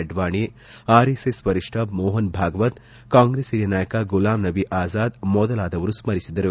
Advani RSS ವರಿಷ್ಠ ಮೋಹನ್ ಭಾಗವತ್ ಕಾಂಗ್ರೆಸ್ ಹಿರಿಯ ನಾಯಕ ಗುಲಾಮ್ ನಬಿ ಆಜಾದ್ ಮೊದಲಾದವರು ಸ್ಪರಿಸಿದರು